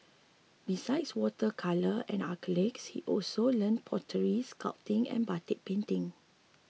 besides water colour and acrylics he also learnt pottery sculpting and batik painting